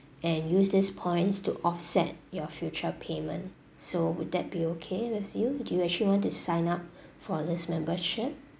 and use this points to offset your future payment so would that be okay with you do you actually want to sign up for this membership